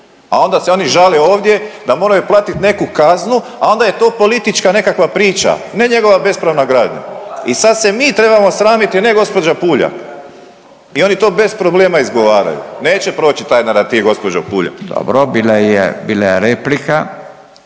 a onda se oni žale ovdje da moraju platiti neku kaznu, a onda je to politička nekakva priča, ne njegova bespravna gradnja. I sad se mi trebamo sramiti, a ne gospođa Puljak i oni to bez problema izgovaraju. Neće proći taj narativ gospođo Puljak. **Radin, Furio